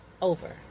over